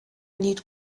need